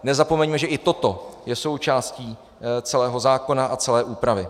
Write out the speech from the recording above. Nezapomeňme, že i toto je součástí celého zákona a celé úpravy.